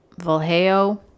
Valheo